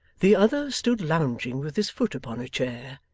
the other stood lounging with his foot upon a chair,